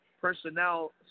personnel